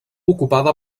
ocupada